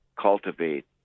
cultivate